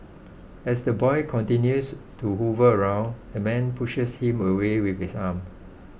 as the boy continues to hover around the man pushes him away with his arm